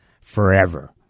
forever